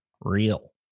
Real